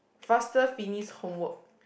faster finish homework